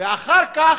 ואחר כך,